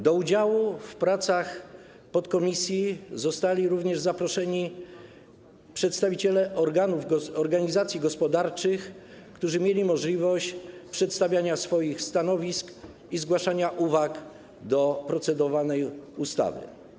Do udziału w pracach podkomisji zostali również zaproszeni przedstawiciele organizacji gospodarczych, którzy mieli możliwość przedstawiania swoich stanowisk i zgłaszania uwag do procedowanej ustawy.